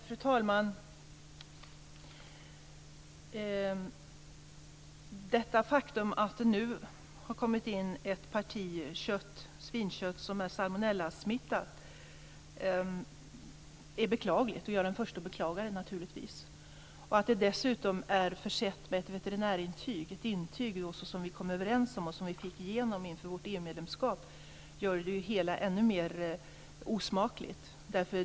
Fru talman! Det faktum att det nu har kommit in ett parti svinkött som är salmonellasmittat är beklagligt. Jag är naturligtvis den första att beklaga det. Att det dessutom är försett med ett veterinärintyg, ett intyg som vi kom överens om och fick igenom inför vårt EU-medlemskap, gör det hela ännu mer osmakligt.